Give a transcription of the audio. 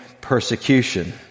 persecution